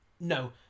No